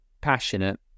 passionate